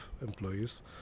employees